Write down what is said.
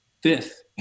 fifth